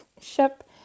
ship